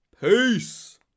Peace